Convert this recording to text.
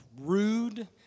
rude